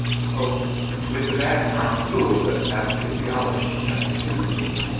so with the background too of the pathophysiology and pathogenesis,